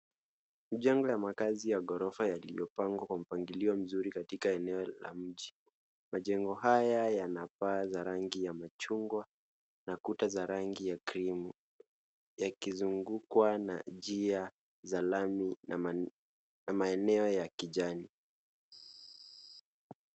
Mijengo ya makahazi ya gorofa yaliyopagwa kwa mpangilio katika eneo la mji. Majengo haya yanapaa za rangi ya machugwa na kuta za rangi ya krimu yakizugukwa na njia za lami maeneo ya kijani.